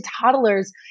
toddlers